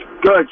Good